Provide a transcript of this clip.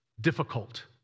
difficult